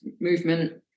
movement